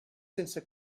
sense